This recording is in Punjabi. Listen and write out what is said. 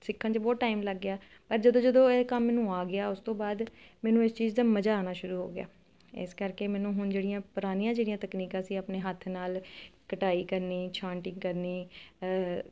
ਸਿੱਖਣ ਚ ਬਹੁਤ ਟਾਈਮ ਲੱਗ ਗਿਆ ਜਦੋਂ ਜਦੋਂ ਇਹ ਕੰਮ ਮੈਨੂੰ ਆ ਗਿਆ ਉਸ ਤੋਂ ਬਾਅਦ ਮੈਨੂੰ ਇਸ ਚੀਜ਼ ਦਾ ਮਜ਼ਾ ਆਉਣਾ ਸ਼ੁਰੂ ਹੋ ਗਿਆ ਇਸ ਕਰਕੇ ਮੈਨੂੰ ਹੁਣ ਜਿਹੜੀਆਂ ਪੁਰਾਣੀਆਂ ਜਿਹੜੀਆਂ ਤਕਨੀਕਾਂ ਸੀ ਆਪਣੇ ਹੱਥ ਨਾਲ ਕਟਾਈ ਕਰਨੀ ਛਾਂਟਿੰਗ ਕਰਨੀ